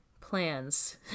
plans